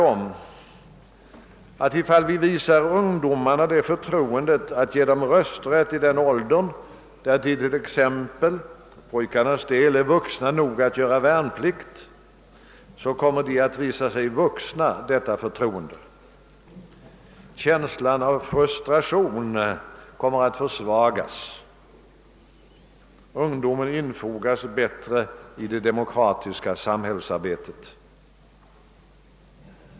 Om vi visar ungdomarna förtroendet att få rösträtt vid den ålder då t.ex. pojkarna är gamla nog att göra värnplikt, är jag övertygad om att de kommer att visa sig vuxna detta förtroende. Känslan av frustration kommer att försvagas och ungdomen bättre infogas i det demokratiska samhällsarbetet.